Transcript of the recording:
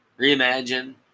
reimagine